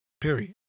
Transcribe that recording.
Period